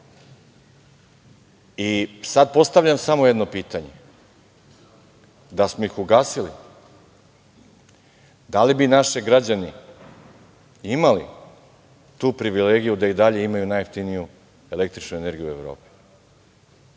postavljam samo jedno pitanje, da smo ih ugasili, da li bi naši građani imali tu privilegiju da i dalje imaju najjeftiniju električnu energiju u Evropi?